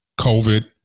COVID